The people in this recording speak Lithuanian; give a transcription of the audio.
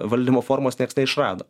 valdymo formos nieks neišrado